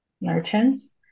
merchants